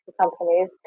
companies